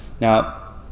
Now